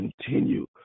continue